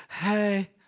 hey